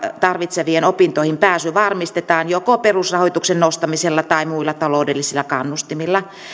tarvitsevien opintoihinpääsy varmistetaan joko perusrahoituksen nostamisella tai muilla taloudellisilla kannustimilla